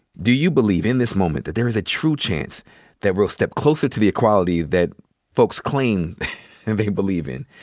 do you believe in this moment that there is a true chance that we'll step closer to the equality that folks claim and they believe in?